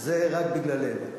זה רק בגללנו.